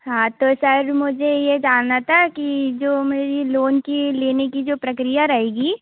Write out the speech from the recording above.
हाँ तो सर मुझे ये जानना था कि जो मेरी लोन की लेने की जो प्रक्रिया रहेगी